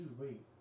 Wait